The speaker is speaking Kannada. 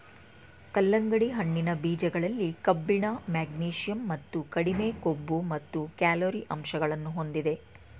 ಕಲ್ಲಂಗಡಿ ಹಣ್ಣಿನ ಬೀಜಗಳಲ್ಲಿ ಕಬ್ಬಿಣ, ಮೆಗ್ನೀಷಿಯಂ ಮತ್ತು ಕಡಿಮೆ ಕೊಬ್ಬು ಮತ್ತು ಕ್ಯಾಲೊರಿ ಅಂಶಗಳನ್ನು ಹೊಂದಿದೆ